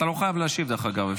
אתה לא חייב להשיב, דרך אגב.